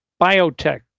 biotech